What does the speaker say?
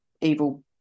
evil